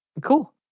Cool